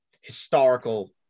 historical